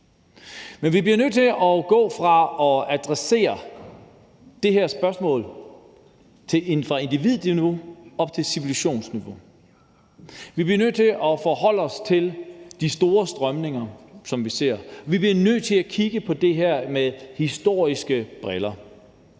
Men vi bliver nødt til at gå fra at adressere det her spørgsmål på individniveau til at adresserede det på civilisationsniveau. Vi bliver nødt til at forholde os til de store strømninger, som vi ser. Vi bliver nødt til at kigge på det her med historiske briller.